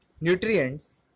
nutrients